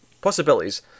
Possibilities